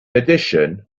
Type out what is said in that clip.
addition